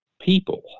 people